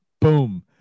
Boom